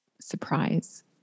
surprise